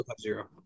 zero